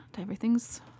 everything's